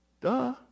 Duh